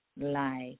life